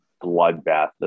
bloodbath